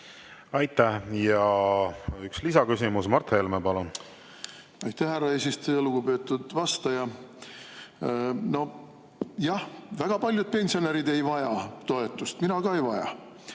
Aitäh! Üks lisaküsimus. Mart Helme, palun! Aitäh, härra eesistuja! Lugupeetud vastaja! Jah, väga paljud pensionärid ei vaja toetust, mina ka ei vaja.